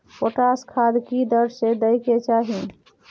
Potash खाद की दर से दै के चाही?